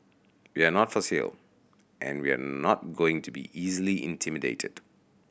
we're not for sale and we're not going to be easily intimidated